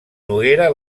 noguera